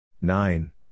Nine